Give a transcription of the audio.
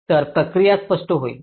तर प्रक्रिया स्पष्ट होईल